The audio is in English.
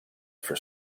for